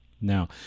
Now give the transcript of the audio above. now